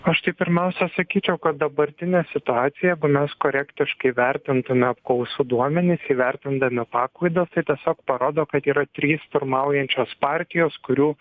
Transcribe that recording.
aš tai pirmiausia sakyčiau kad dabartinė situacija jeigu mes korektiškai vertintume apklausų duomenis įvertindami paklaidas tai tiesiog parodo kad yra trys pirmaujančios partijos kurių